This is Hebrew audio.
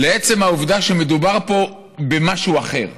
לעצם העובדה שמדובר פה במשהו אחר.